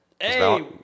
Hey